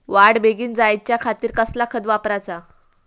वाढ बेगीन जायच्या खातीर कसला खत वापराचा?